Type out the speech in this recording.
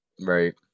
right